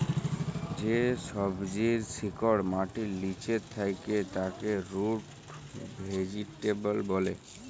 যে সবজির শিকড় মাটির লিচে থাক্যে তাকে রুট ভেজিটেবল ব্যলে